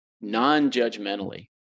non-judgmentally